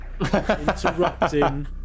interrupting